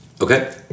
Okay